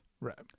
right